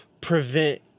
prevent